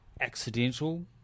accidental